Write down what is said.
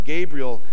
Gabriel